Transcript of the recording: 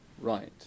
right